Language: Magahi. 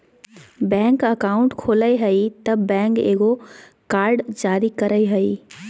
बैंक अकाउंट खोलय हइ तब बैंक एगो कार्ड जारी करय हइ